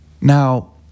Now